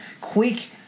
quick